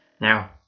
now